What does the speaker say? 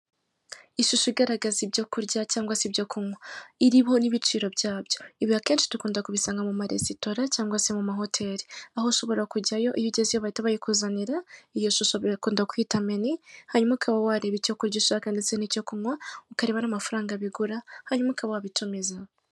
Ishusho igaragaza ibyo kurya cyangwa se ibyo kunywa iriho n'ibiciro byabyo, ibi akenshi dukunda kubisanga mu maresitora cyangwa se mu mahoteli, aho ushobora kujyayo iyo ugezeyo bahita bayikuzanira, iyo shusho bakunda kuyita meni, hanyuma ukaba wareba icyo kurya ushaka ndetse n'icyo kunywa, ukareba n'amafaranga bigura hanyuma ukaba wabitumiza.